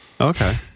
Okay